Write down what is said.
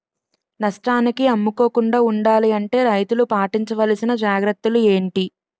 నష్టానికి అమ్ముకోకుండా ఉండాలి అంటే రైతులు పాటించవలిసిన జాగ్రత్తలు ఏంటి